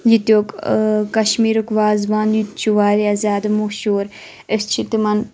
ییٚتیُک کشمیٖرُک وازٕوان یِتہِ چھُ واریاہ زیادٕ مشہوٗر أسۍ چھِ تِمَن